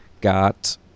got